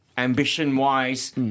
ambition-wise